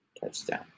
touchdown